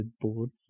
boards